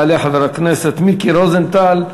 יעלה חבר הכנסת מיקי רוזנטל.